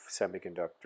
semiconductor